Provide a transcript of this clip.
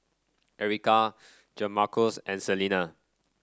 Erika Jamarcus and Selina